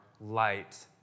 light